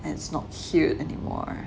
and it's not cute anymore